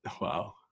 Wow